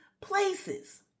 places